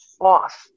off